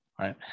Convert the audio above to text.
right